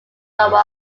lower